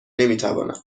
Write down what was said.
نمیتوانم